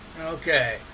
Okay